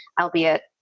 albeit